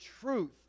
truth